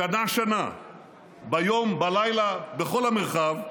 שנה-שנה, ביום, בלילה, בכל המרחב,